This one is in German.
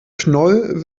knoll